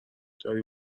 داری